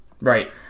Right